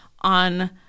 on